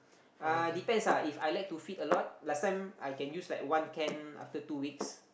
uh depends lah If I like to feed a lot last time I can use like one can after two weeks